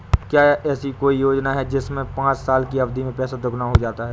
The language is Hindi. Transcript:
क्या ऐसी कोई योजना है जिसमें पाँच साल की अवधि में पैसा दोगुना हो जाता है?